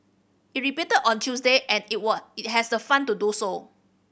it repeated on Tuesday and it was it has the fund to do so